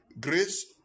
grace